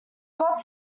got